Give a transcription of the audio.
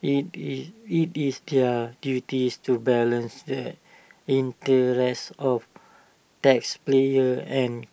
IT is IT is their duties to balance the interests of taxpayers and